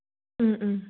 उम उम